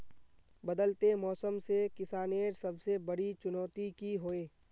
बदलते मौसम से किसानेर सबसे बड़ी चुनौती की होय?